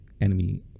enemy